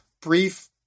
brief